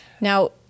Now